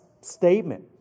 statement